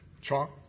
Chalk